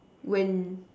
when